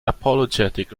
apologetic